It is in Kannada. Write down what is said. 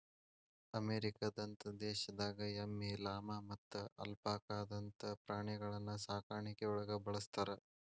ಅಮೇರಿಕದಂತ ದೇಶದಾಗ ಎಮ್ಮಿ, ಲಾಮಾ ಮತ್ತ ಅಲ್ಪಾಕಾದಂತ ಪ್ರಾಣಿಗಳನ್ನ ಸಾಕಾಣಿಕೆಯೊಳಗ ಬಳಸ್ತಾರ